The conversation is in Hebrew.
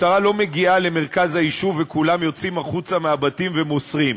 המשטרה לא מגיעה למרכז היישוב וכולם יוצאים החוצה מהבתים ומוסרים.